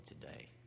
today